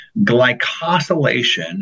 glycosylation